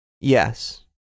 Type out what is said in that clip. Yes